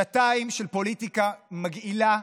שנתיים של פוליטיקה מגעילה,